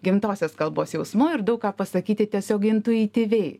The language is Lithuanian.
gimtosios kalbos jausmu ir daug ką pasakyti tiesiog intuityviai